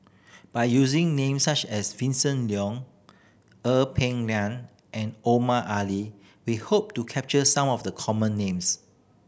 by using names such as Vincent Leow Ee Peng Liang and Omar Ali we hope to capture some of the common names